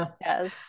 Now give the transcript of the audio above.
Yes